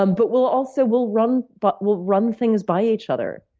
um but we'll also we'll run but we'll run things by each other.